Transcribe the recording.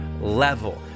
level